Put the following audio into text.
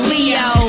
Leo